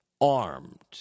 Armed